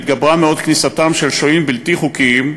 התגברה מאוד כניסתם של שוהים בלתי חוקיים,